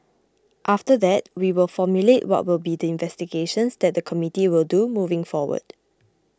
after that we will formulate what will be the investigations that the committee will do moving forward